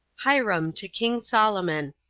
hiram to king solomon.